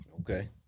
Okay